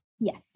Yes